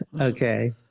Okay